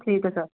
ਠੀਕ ਐ ਸਰ